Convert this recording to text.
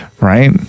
right